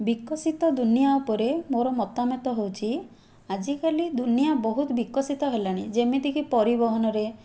ବିକଶିତ ଦୁନିଆ ଉପରେ ମୋର ମତାମତ ହେଉଛି ଆଜିକାଲି ଦୁନିଆ ବହୁତ ବିକଶିତ ହେଲାଣି ଯେମିତିକି ପରିବହନରେ